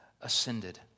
ascended